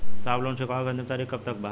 साहब लोन चुकावे क अंतिम तारीख कब तक बा?